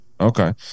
Okay